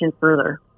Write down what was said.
further